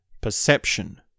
perception